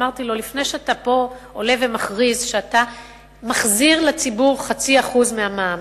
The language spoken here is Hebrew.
ואמרתי לו: לפני שאתה עולה פה ומכריז שאתה מחזיר לציבור 0.5% מהמע"מ,